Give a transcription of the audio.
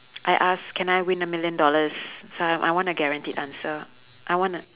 I ask can I win a million dollars so I I want a guaranteed answer I want a